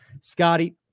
Scotty